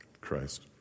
Christ